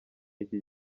iki